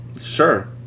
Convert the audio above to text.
Sure